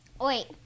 Wait